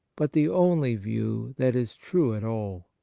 but the only view that is true at all.